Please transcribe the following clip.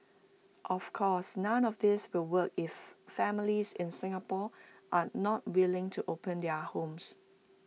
of course none of this will work if families in Singapore are not willing to open their homes